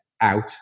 out